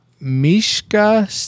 Mishka